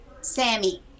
Sammy